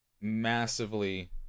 massively